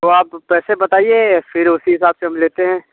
तो आप पैसे बताइए फिर उसी हिसाब से हम लेते हैं